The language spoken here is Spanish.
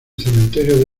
cementerio